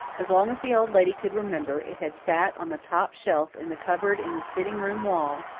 as long as the old lady could remember it had sat on the top shelf in the cupboard in the sitting-room wall,